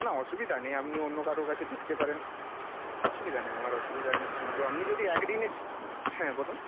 না অসুবিধা নেই আপনি অন্য কারও কাছে দেখতে পারেন অসুবিধা নেই আমার অসুবিধা নেই কিন্তু আপনি যদি একদিনের হ্যাঁ বলুন